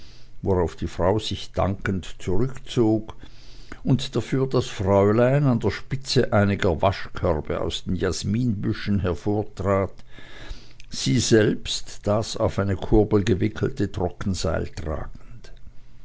worauf die frau sich dankend zurückzog und dafür das fräulein an der spitze einiger waschkörbe aus den jasminbüschen hervortrat sie selbst das auf eine kurbel gewickelte trockenseil tragend